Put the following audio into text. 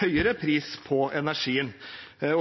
høyere pris på energien.